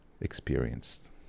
experienced